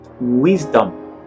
wisdom